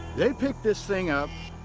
they picked this thing up,